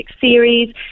series